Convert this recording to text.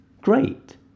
Great